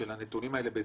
של נתניהו.